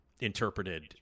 interpreted